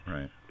Right